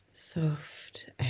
Soft